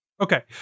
Okay